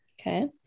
Okay